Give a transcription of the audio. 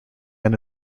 men